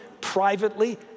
privately